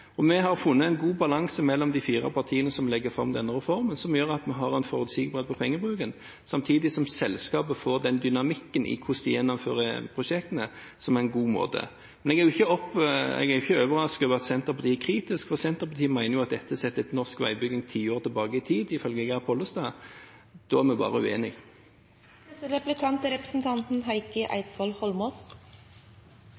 denne reformen, har funnet en god balanse, noe som gjør at vi har en forutsigbarhet når det gjelder pengebruken, samtidig som selskapet får en dynamikk i hvordan de gjennomfører prosjektene, og det er en god måte. Men jeg er ikke overrasket over at Senterpartiet er kritisk, for Senterpartiet mener at dette setter norsk veibygging ti år tilbake i tid, ifølge Geir Pollestad. Da er vi bare uenige. Jeg hadde egentlig tenkt å spørre om byråkratisering, men jeg synes denne debatten som nå har gått mellom de ulike representantene, er